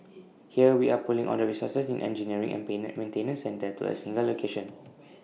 here we are pulling all the resources in engineering and peanut maintenance centre to A single location